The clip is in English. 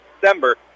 December